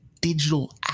digital